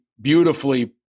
beautifully